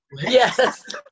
yes